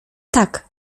tak